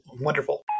wonderful